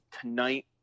tonight